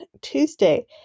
Tuesday